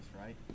right